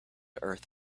earth